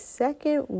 second